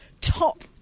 top